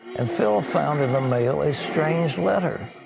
and phil found in the mail a strange letter,